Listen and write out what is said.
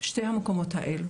שני המקומות האלה